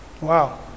Wow